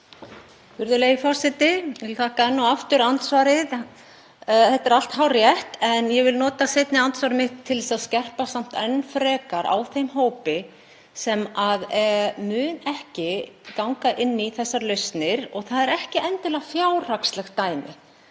þetta er allt hárrétt. Ég vil nota seinna andsvar mitt til að skerpa enn frekar á þeim hópi sem mun ekki ganga inn í þessar lausnir og það er ekki endilega fjárhagslegt dæmi.